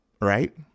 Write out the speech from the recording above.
Right